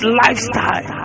lifestyle